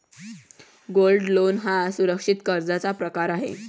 gold loan हा सुरक्षित कर्जाचा प्रकार आहे